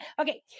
okay